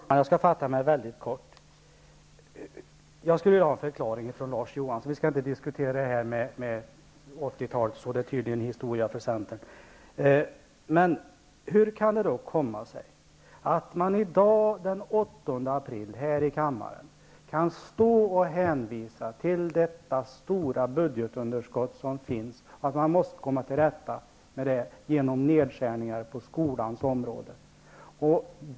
Herr talman! Jag skall fatta mig mycket kort. Jag skulle vilja ha en förklaring från Larz Johansson. Vi skall inte diskutera det här med 80-talet; det är tydligen historia för centern. Men hur kan det komma sig att man i dag, den 8 april, här i kammaren kan stå och hänvisa till det stora budgetunderskottet -- att man måste komma till rätta med det genom nedskärningar på skolans område?